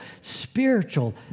spiritual